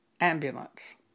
ambulance